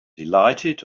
delighted